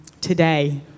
today